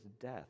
death